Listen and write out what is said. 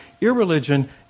Irreligion